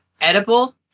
Edible